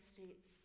States